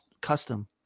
custom